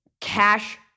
cash